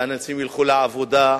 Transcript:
שאנשים ילכו לעבודה,